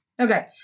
Okay